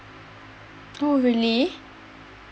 oh really